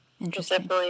Interesting